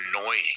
annoying